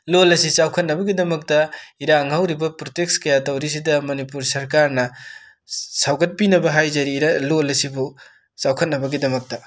ꯂꯣꯟ ꯑꯁꯤ ꯆꯥꯎꯈꯠꯅꯕꯒꯤꯗꯛꯇꯥ ꯏꯔꯥꯡ ꯍꯧꯔꯤꯕ ꯄꯨꯔꯇꯦꯛꯁ ꯀꯌꯥ ꯇꯧꯔꯤꯖꯤꯗ ꯃꯅꯤꯄꯨꯔ ꯁꯔꯀꯥꯔꯅ ꯁꯧꯒꯠꯄꯤꯅꯕ ꯍꯥꯏꯖꯔꯤ ꯂꯣꯟ ꯑꯁꯤꯕꯨ ꯆꯥꯎꯈꯠꯅꯕꯒꯤꯗꯛꯇ